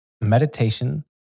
meditation